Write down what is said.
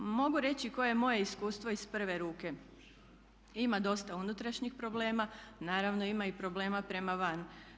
Mogu reći koje je moje iskustvo iz prve ruke, ima dosta unutrašnjih problema, naravno ima i problema prema van.